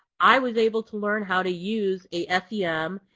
i was able to learn how to use a sem,